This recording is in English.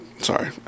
Sorry